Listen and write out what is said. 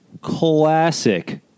classic